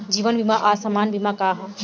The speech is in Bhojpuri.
जीवन बीमा आ सामान्य बीमा का ह?